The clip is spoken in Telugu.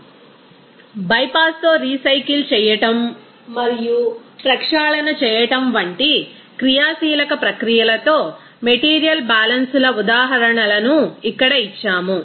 రిఫర్ స్లయిడ్ టైమ్ 0045 బైపాస్తో రీసైకిల్ చేయడం మరియు ప్రక్షాళన చేయడం వంటి క్రియాశీలక ప్రక్రియలతో మెటీరియల్ బ్యాలెన్స్ల ఉదాహరణలను ఇక్కడ ఇచ్చాము